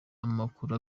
amakuru